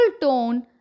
tone